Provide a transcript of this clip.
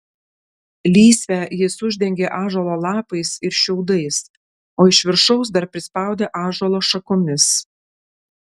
lysvę jis uždengė ąžuolo lapais ir šiaudais o iš viršaus dar prispaudė ąžuolo šakomis